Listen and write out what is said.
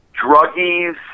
druggies